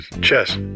chess